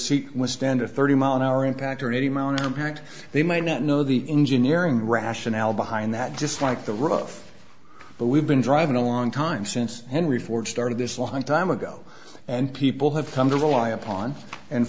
seat withstand a thirty mile an hour impact or any mountain impact they might not know the engineering rationale behind that just like the rough but we've been driving a long time since henry ford started this long time ago and people have come to rely upon and